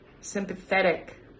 sympathetic